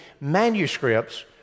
manuscripts